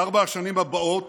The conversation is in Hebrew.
בארבע השנים הבאות